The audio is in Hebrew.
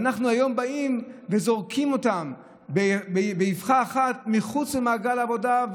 אנחנו היום באים וזורקים אותם באבחה אחת מחוץ למעגל העבודה,